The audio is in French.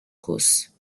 causse